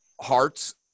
hearts